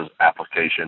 application